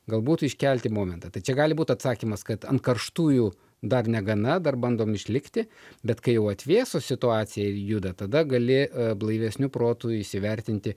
galbūt iškelti momentą tai čia gali būt atsakymas kad ant karštųjų dar negana dar bandom išlikti bet kai jau atvėso situacija ir juda tada gali blaivesniu protu įsivertinti